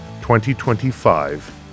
2025